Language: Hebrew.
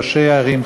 ראשי הערים,